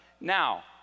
Now